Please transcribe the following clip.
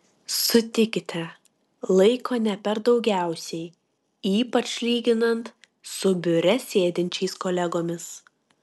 sutikite laiko ne per daugiausiai ypač lyginant su biure sėdinčiais kolegomis